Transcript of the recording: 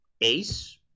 ace